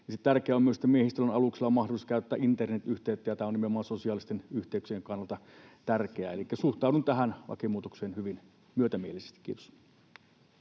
tärkeää on myös, että miehistöllä on aluksella mahdollisuus käyttää internetyhteyttä, ja tämä on nimenomaan sosiaalisten yhteyksien kannalta tärkeää. Elikkä suhtaudun tähän lakimuutokseen hyvin myötämielisesti. — Kiitos.